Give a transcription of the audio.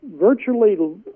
virtually